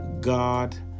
God